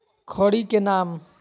खड़ी के नाम?